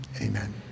amen